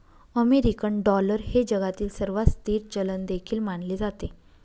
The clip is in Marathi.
अमेरिकन डॉलर हे जगातील सर्वात स्थिर चलन देखील मानले जाते